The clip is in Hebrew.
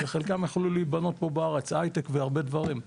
חלקם יכלו להיבנות פה בארץ כמו הייטק והרבה דברים נוספים,